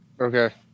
Okay